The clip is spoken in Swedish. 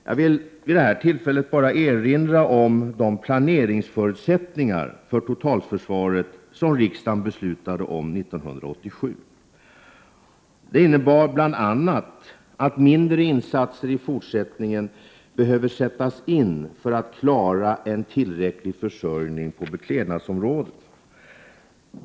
Jag vill vid detta tillfälle erinra om de planeringsförutsättningar för totalförsvaret som riksdagen beslutade om 1987. De innebar bl.a. att mindre insatser i fortsättningen behöver sättas in för att klara en tillräcklig försörjning på beklädnadsområdet.